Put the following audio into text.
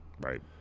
Right